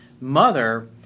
mother